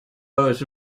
was